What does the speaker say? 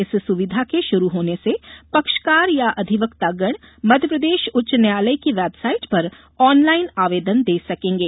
इस सुविधा के षुरु होने से पक्षकार या अधिवक्तागण मध्यप्रदेश उच्च न्यायालय की वेबसाइट पर ऑनलाइन आवेदन दे सकेंगे